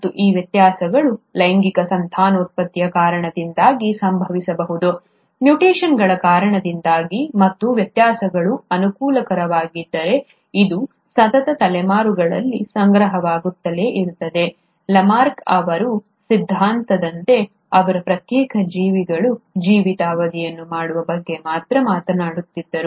ಮತ್ತು ಈ ವ್ಯತ್ಯಾಸಗಳು ಲೈಂಗಿಕ ಸಂತಾನೋತ್ಪತ್ತಿಯ ಕಾರಣದಿಂದಾಗಿ ಸಂಭವಿಸಬಹುದು ಮ್ಯುಟೇಶನ್ಗಳ ಕಾರಣದಿಂದಾಗಿ ಮತ್ತು ವ್ಯತ್ಯಾಸಗಳು ಅನುಕೂಲಕರವಾಗಿದ್ದರೆ ಇದು ಸತತ ತಲೆಮಾರುಗಳಲ್ಲಿ ಸಂಗ್ರಹವಾಗುತ್ತಲೇ ಇರುತ್ತದೆ ಲಾಮಾರ್ಕ್ ಅವರ ಸಿದ್ಧಾಂತದಂತೆ ಅವರು ಪ್ರತ್ಯೇಕ ಜೀವಿಗಳ ಜೀವಿತಾವಧಿಯನ್ನು ಮಾಡುವ ಬಗ್ಗೆ ಮಾತ್ರ ಮಾತನಾಡುತ್ತಿದ್ದರು